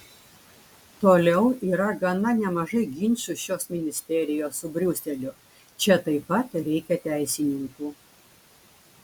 toliau yra gana nemažai ginčų šios ministerijos su briuseliu čia taip pat reikia teisininkų